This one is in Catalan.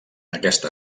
aquesta